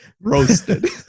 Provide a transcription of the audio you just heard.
Roasted